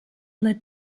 led